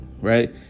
right